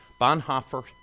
Bonhoeffer